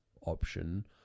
option